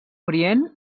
orient